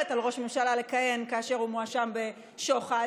על ראש ממשלה לכהן כאשר הוא מואשם בשוחד,